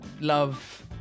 love